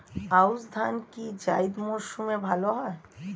আউশ ধান কি জায়িদ মরসুমে ভালো হয়?